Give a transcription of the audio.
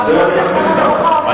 שר הרווחה או שר החינוך.